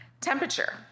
Temperature